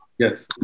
Yes